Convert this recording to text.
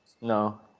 No